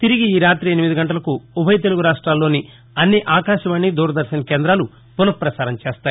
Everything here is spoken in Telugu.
తిరిగి ఈ రాతి ఎనిమిది గంటలకు ఉభయ తెలుగు రాష్టాలలోని అన్ని ఆకాశవాణి దూరదర్భన్ కేంద్రాలు పున పసారం చేస్తాయి